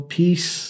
peace